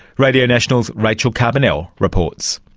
radio national's rachel carbonell reports.